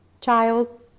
child